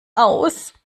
aus